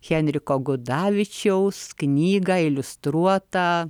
henriko gudavičiaus knygą iliustruotą